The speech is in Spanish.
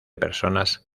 personas